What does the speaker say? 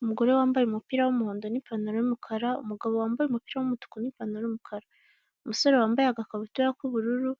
Umugore wambaye umupira w'umuhondo n'ipantaro y'umukara, umugabo wambaye umupira w'umutuku n'ipantaro y'umukara, umusore wambaye agakabutura k'ubururu